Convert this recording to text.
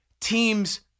Teams